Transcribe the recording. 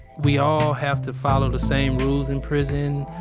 we all have to follow the same rules in prison.